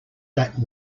that